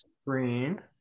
screen